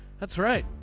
that's right.